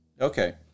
Okay